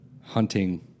hunting